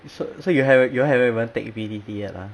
so so you'll haven't you'll haven't even take B_T_T yet lah